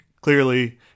clearly